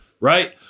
right